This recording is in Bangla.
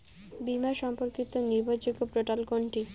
বীমা সম্পর্কিত নির্ভরযোগ্য পোর্টাল কোনটি?